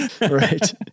Right